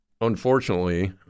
unfortunately